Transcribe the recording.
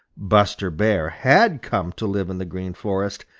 buster bear had come to live in the green forest,